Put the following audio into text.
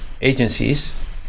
agencies